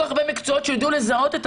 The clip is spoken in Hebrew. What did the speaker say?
כל כך הרבה מקצועות שידעו לזהות את